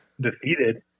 Defeated